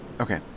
Okay